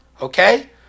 okay